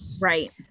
right